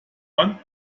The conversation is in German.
man